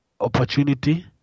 opportunity